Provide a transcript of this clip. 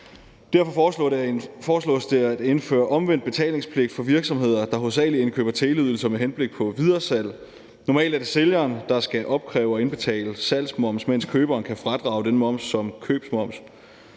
Derfor foreslås det at indføre omvendt betalingspligt for virksomheder, der hovedsagelig indkøber teleydelser med henblik på videresalg. Normalt er det sælgeren, der skal opkræve og indbetale salgsmoms, mens køberen kan fradrage den moms som købsmoms.